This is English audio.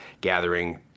gathering